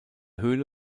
höhle